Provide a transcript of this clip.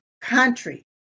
country